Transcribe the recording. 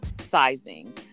sizing